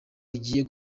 rigiye